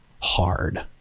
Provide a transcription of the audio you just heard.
hard